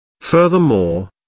Furthermore